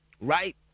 right